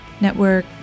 network